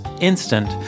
instant